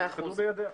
הכדור בידיה.